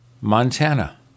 Montana